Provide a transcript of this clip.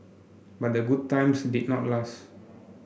but the good times did not last